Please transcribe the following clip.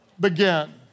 Begin